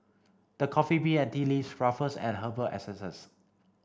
the Coffee Bean and Tea Leaf Ruffles and Herbal Essences